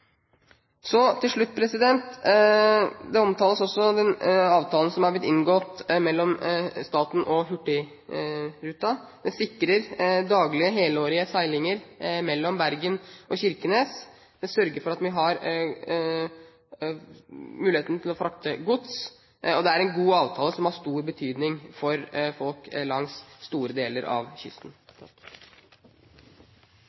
Til slutt: Også den avtalen som har blitt inngått mellom staten og Hurtigruten, omtales. Det sikrer daglige, helårige seilinger mellom Bergen og Kirkenes. Det sørger for at vi har muligheten til å frakte gods. Det er en god avtale, som har stor betydning for folk langs store deler av kysten.